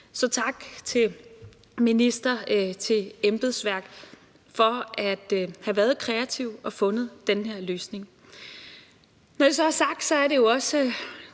Så tak til minister og til embedsværk for at være kreative og for at have fundet den her løsning. Når det så er sagt, har det jo også